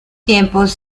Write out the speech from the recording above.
tiempos